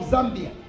Zambia